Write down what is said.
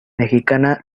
mexicana